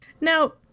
Now